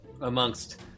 amongst